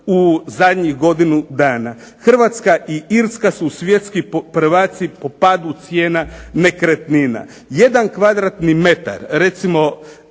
Hrvatska i Irska su svjetski prvaci po padu cijena nekretnina. Jedan kvadratni metar recimo